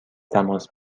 تماس